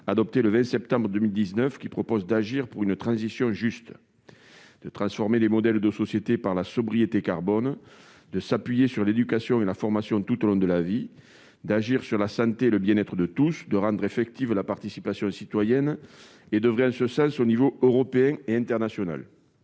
autour des enjeux suivants : agir pour une transition juste ; transformer les modèles de sociétés par la sobriété carbone ; s'appuyer sur l'éducation et la formation tout au long de la vie ; agir pour la santé et le bien-être de tous ; rendre effective la participation citoyenne ; oeuvrer en ce sens sur les plans européen et international.